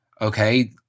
okay